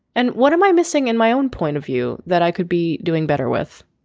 and what am i missing in my own point of view that i could be doing better with.